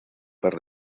par